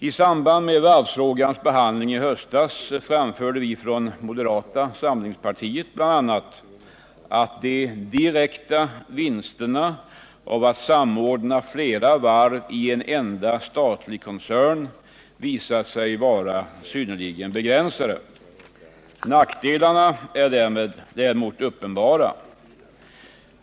I samband med varvsfrågans behandling i höstas framförde vi från moderata samlingspartiet bl.a. att de direkta vinsterna av att samordna flera varv i en enda statlig koncern visat sig vara synnerligen begränsade. Nackdelarna är däremot uppenbara.